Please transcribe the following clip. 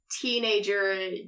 teenager